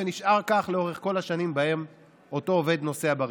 ונשאר כך לאורך כל השנים שבהן אותו עובד נוסע ברכב.